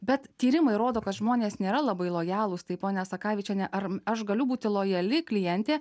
bet tyrimai rodo kad žmonės nėra labai lojalūs tai ponia sakavičiene ar aš galiu būti lojali klientė